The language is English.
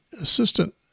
assistant